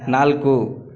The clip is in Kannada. ನಾಲ್ಕು